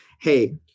hey